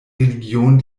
religion